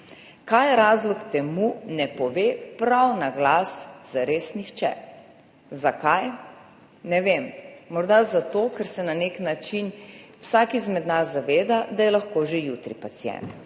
Kaj je razlog za to, ne pove prav na glas zares nihče. Zakaj? Ne vem. Morda zato, ker se na nek način vsak izmed nas zaveda, da je lahko že jutri pacient,